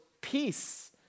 peace